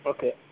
Okay